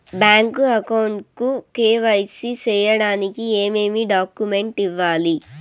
Bank account కు KYC సేయడానికి ఏమేమి డాక్యుమెంట్ ఇవ్వాలి?